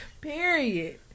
Period